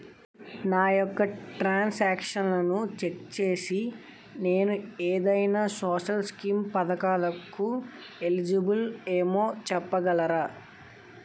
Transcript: నా యెక్క ట్రాన్స్ ఆక్షన్లను చెక్ చేసి నేను ఏదైనా సోషల్ స్కీం పథకాలు కు ఎలిజిబుల్ ఏమో చెప్పగలరా?